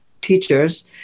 teachers